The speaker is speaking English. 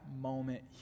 moment